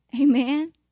Amen